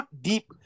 deep